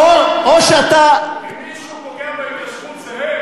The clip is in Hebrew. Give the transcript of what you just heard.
אם מישהו פוגע בהתיישבות, זה הם.